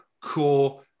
core